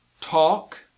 talk